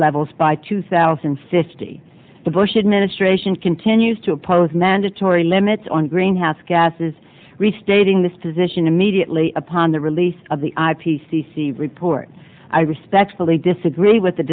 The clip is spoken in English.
levels by two thousand and fifty the the bush administration continues to oppose mandatory limits on greenhouse gases restating this position immediately upon the release of the i p c c report i respectfully disagree with the